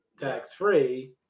tax-free